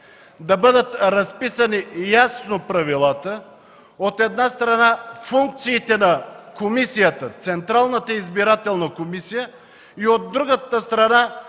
да бъдат разписани ясно правилата. От една страна, функциите на Централната избирателна комисия, от друга страна